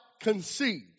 conceive